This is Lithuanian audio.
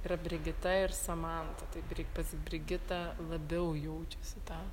yra brigita ir samanta tai bri pas brigitą labiau jaučiasi tą